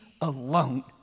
alone